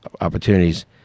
opportunities